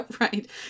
Right